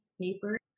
paper